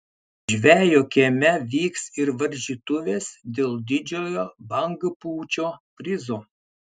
žvejo kieme vyks ir varžytuvės dėl didžiojo bangpūčio prizo